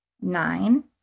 nine